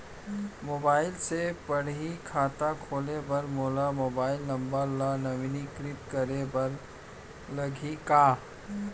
Mobile से पड़ही खाता खोले बर मोला मोबाइल नंबर ल नवीनीकृत करे बर लागही का?